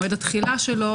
מועד התחילה שלו,